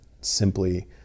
simply